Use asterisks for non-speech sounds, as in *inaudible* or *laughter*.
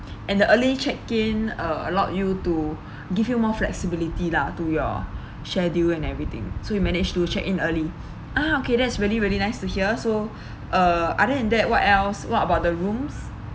*breath* and the early check-in uh allowed you to *breath* give you more flexibility lah to your *breath* schedule and everything so you managed to check-in early *breath* ah okay that's really really nice to hear so *breath* uh other than that what else what about the room's